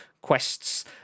quests